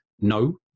no